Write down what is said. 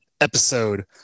episode